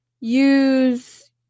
use